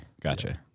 gotcha